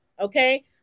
Okay